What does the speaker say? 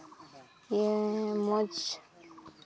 ᱤᱭᱟᱹ ᱢᱚᱡᱽ